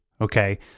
okay